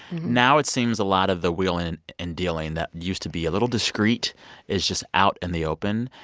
now it seems a lot of the wheeling and dealing that used to be a little discreet is just out in the open,